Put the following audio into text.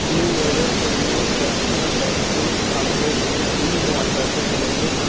ਕੀ ਮੇਰੇ ਕਰੂਰ ਵੈਸ਼ਿਆ ਬੈਂਕ ਖਾਤੇ ਵਿੱਚ ਤੀਹ ਹਜ਼ਾਰ ਪੈਸੇ ਹੋਣਗੇ